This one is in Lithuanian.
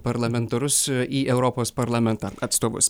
parlamentarus į europos parlamentą atstovus